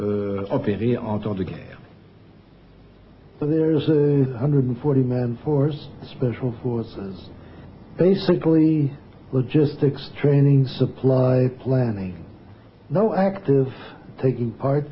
but there is a hundred forty men force special forces basically logistics training supply planning no active taking part